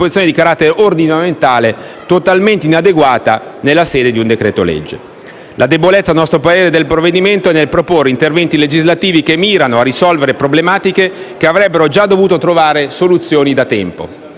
disposizione di carattere ordinamentale, totalmente inadeguata nella sede di un decreto-legge. La debolezza, a nostro parere, del provvedimento è nel proporre interventi legislativi che mirano a risolvere problematiche che avrebbero già dovuto trovare soluzione da tempo.